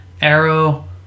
Arrow